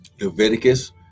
Leviticus